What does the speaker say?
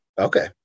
Okay